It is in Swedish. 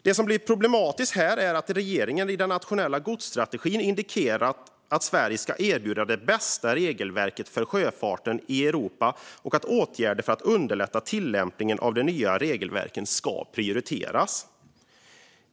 Det som blir problematiskt här är att regeringen i den nationella godsstrategin indikerat att Sverige ska erbjuda det bästa regelverket för sjöfart i Europa och att åtgärder för att underlätta tillämpningen av de nya regelverken ska prioriteras.